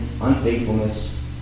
unfaithfulness